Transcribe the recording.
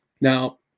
Now